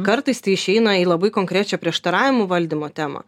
kartais tai išeina į labai konkrečią prieštaravimų valdymo temą